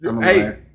Hey